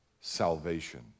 salvation